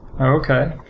Okay